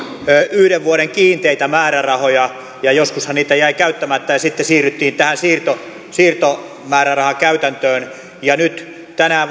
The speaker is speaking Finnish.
yhden vuoden kiinteitä määrärahoja ja joskushan niitä jäi käyttämättä ja sitten siirryttiin tähän siirtomäärärahakäytäntöön nyt tänään